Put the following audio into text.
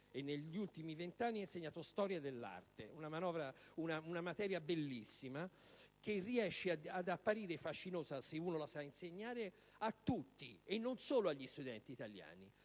negli ultimi vent'anni ha insegnato storia dell'arte, una materia bellissima che riesce ad apparire fascinosa, se la si sa insegnare, a tutti e non solo agli studenti italiani.